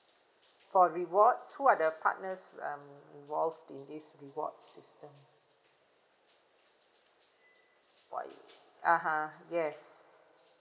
for rewards who are the partners um involved in this reward system what (uh huh) yes